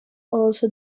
also